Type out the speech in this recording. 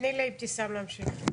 תני לאבתיסאם להמשיך.